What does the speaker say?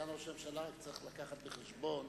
סגן ראש הממשלה, צריך להביא בחשבון